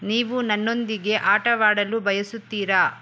ನೀವು ನನ್ನೊಂದಿಗೆ ಆಟವಾಡಲು ಬಯಸುತ್ತೀರಾ